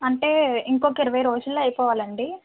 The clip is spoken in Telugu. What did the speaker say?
అంటే ఇంకొక ఇరవై రోజుల్లో అయిపోవాలి అండి